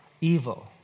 evil